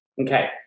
Okay